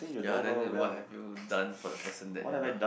ya then then what have you done for the person that you love